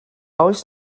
oes